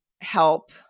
help